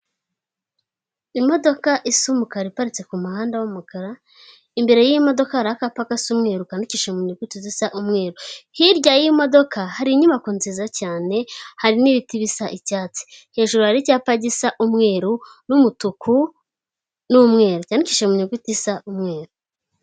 Imodoka isa umukara iparitse ku muhanda w'umukara imbere y'iyi modoka hariho akapaka gasa umweru kandikishije mu nyuguti zisa umweru hirya y'iyi modoka hari inyubako nziza cyane, hari n'ibiti bisa icyatsi. Hejuru hari icyapa gisa umweru, n'umutuku, n'umweru byandikishije mu nyuguti isa umweru.